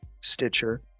Stitcher